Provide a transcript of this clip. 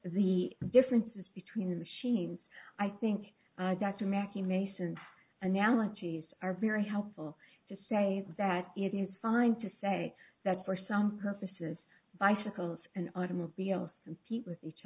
the differences between the machines i think dr mackey mason analogies are very helpful to say that it is fine to say that for some purposes bicycles and automobiles and people with each